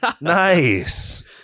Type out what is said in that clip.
Nice